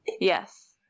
Yes